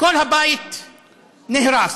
כל הבית נהרס.